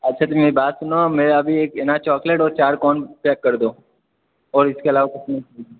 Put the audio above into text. अच्छा तो मेरी बात सुनो मेरा अभी एक ना चॉकलेट और चार कोन पैक कर दो और इसके आलावा कुछ नहीं चाहिए